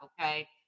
okay